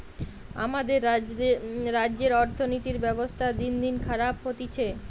আমাদের রাজ্যের অর্থনীতির ব্যবস্থা দিনদিন খারাপ হতিছে